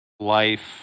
life